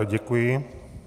Děkuji.